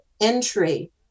entry